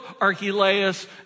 Archelaus